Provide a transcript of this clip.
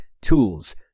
tools